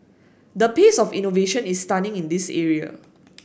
the pace of innovation is stunning in this area